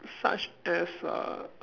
such as uh